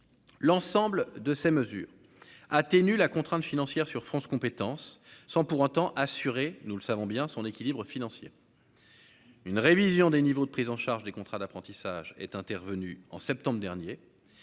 l'ensemble de ces mesures atténue la contrainte financière sur France compétences sans pour autant, nous le savons bien son équilibre financier, une révision des niveaux de prise en charge des contrats d'apprentissage est intervenu en septembre dernier